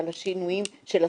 על השינויים של הזקנים.